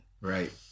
Right